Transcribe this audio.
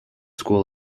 school